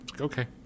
Okay